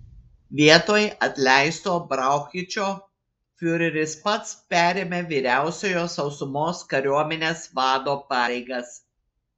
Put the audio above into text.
vietoj atleisto brauchičo fiureris pats perėmė vyriausiojo sausumos kariuomenės vado pareigas